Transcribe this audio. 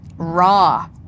Raw